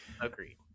Agreed